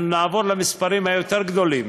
אנחנו נעבור למספרים היותר-גדולים.